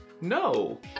No